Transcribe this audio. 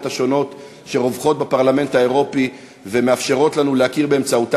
שרווחות בפרלמנט האירופי ומאפשרת לנו להכיר באמצעותה